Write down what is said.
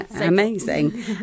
Amazing